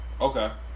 Okay